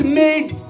made